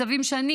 מצבים שאני,